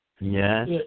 Yes